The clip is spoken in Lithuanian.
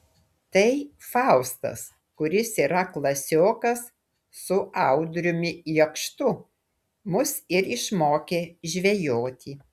tai faustas kuris yra klasiokas su audriumi jakštu mus ir išmokė žvejoti